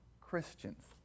Christians